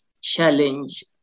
challenge